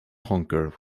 honker